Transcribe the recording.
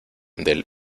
del